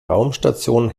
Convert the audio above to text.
raumstation